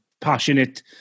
passionate